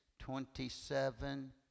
Twenty-seven